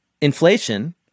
inflation